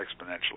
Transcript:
exponentially